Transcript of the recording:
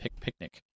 picnic